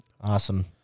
Awesome